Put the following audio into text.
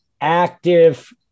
active